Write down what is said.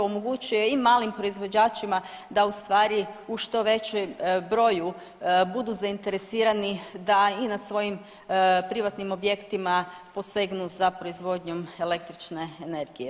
Omogućuje i malim proizvođačima da u stvari u što većem broju budu zainteresirani da i na svoji privatnim objektima posegnu za proizvodnjom električne energije.